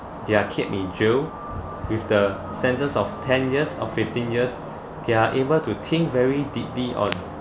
they're kept in jail with the sentence of ten years or fifteen years they're able to think very deeply on